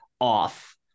off